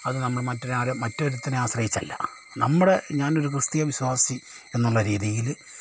അത് നമ്മൾ മറ്റൊരാളെ മറ്റൊരുത്തനെ ആശ്രയിച്ചല്ല നമ്മുടെ ഞാൻ ഒരു ക്രിസ്തീയ വിശ്വാസി എന്നുള്ള രീതിയിൽ